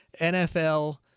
NFL